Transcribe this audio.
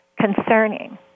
concerning